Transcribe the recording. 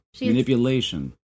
Manipulation